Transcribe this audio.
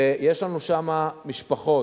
ויש לנו שם משפחות